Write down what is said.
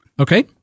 Okay